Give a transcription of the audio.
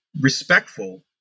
respectful